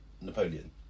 Napoleon